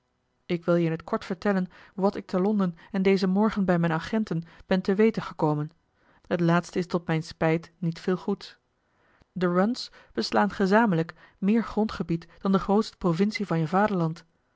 ik wil je in het kort vertellen wat ik te londen en dezen morgen bij mijne agenten ben te weten gekomen het laatste is tot mijne spijt niet veel goeds de runs beslaan gezamenlijk meer grondgebied dan de grootste provincie van je vaderland